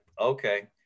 okay